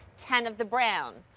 ten of the brown.